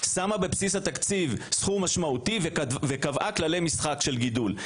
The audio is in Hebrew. שמה בבסיס התקציב סכום משמעותי וקבעה כללי משחק של גידול.